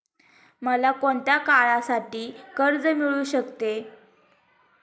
मला कोणत्या काळासाठी कर्ज मिळू शकते?